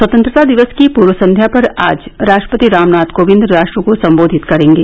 स्वतंत्रता दिवस की पूर्व संध्या पर आज राष्ट्रपति रामनाथ कोविंद राष्ट्र को संबोधित करेंगे